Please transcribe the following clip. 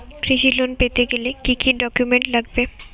কৃষি লোন পেতে গেলে কি কি ডকুমেন্ট লাগবে?